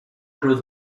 cruz